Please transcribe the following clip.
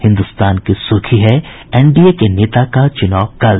हिन्दुस्तान की सुर्खी है एनडीए के नेता का चुनाव कल